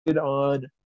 on